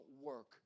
work